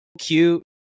cute